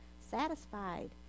satisfied